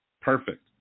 Perfect